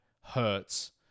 hurts